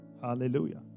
Hallelujah